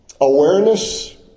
Awareness